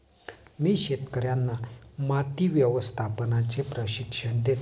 मी शेतकर्यांना माती व्यवस्थापनाचे प्रशिक्षण देतो